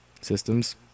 systems